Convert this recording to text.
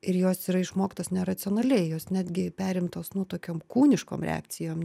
ir jos yra išmoktos neracionaliai jos netgi perimtos nu tokiom kūniškom reakcijom